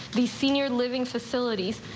the senior living facilities,